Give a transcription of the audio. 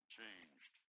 changed